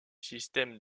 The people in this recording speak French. système